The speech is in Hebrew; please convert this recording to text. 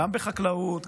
גם בחקלאות,